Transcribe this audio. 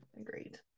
agreed